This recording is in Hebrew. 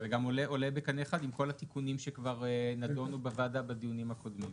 זה גם עולה בקנה אחד עם כל התיקונים שכבר נדונו בוועדה בדיונים הקודמים.